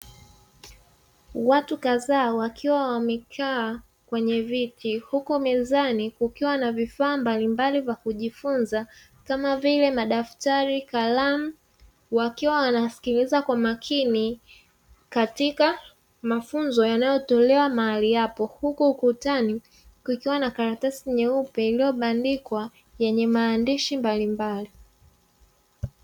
Watu kadhaa wakiwa wamekaa kwenye viti, huku mezani kukiwa na vifaa mbalimbali vya kujifunza, kama vile madaftari, kalamu, wakiwa wanasikiliza kwa makini katika mafunzo yanayotolewa mahali hapo, huku ukutani kukiwa na karatasi nyeupe iliyobandikwa yenye maandishi mbalimbali.